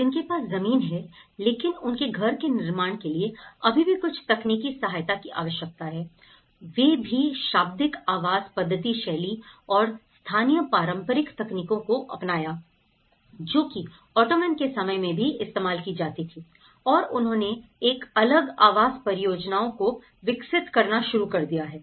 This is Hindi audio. तो जिनके पास जमीन है लेकिन उनके घर के निर्माण के लिए अभी भी कुछ तकनीकी सहायता की आवश्यकता है वे भी शाब्दिक आवास पद्धति शैली और स्थानीय पारंपरिक तकनीकों को अपनाया जो कि ओटोमन के समय में भी इस्तेमाल की जाती थीं और उन्होंने एक अलग आवास परियोजनाओं को विकसित करना शुरू कर दिया है